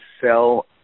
sell